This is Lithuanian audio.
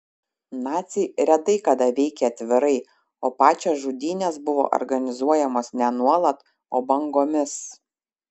naciai retai kada veikė atvirai o pačios žudynės buvo organizuojamos ne nuolat o bangomis